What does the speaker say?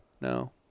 No